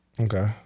Okay